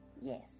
Yes